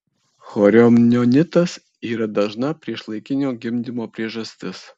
chorioamnionitas yra dažna priešlaikinio gimdymo priežastis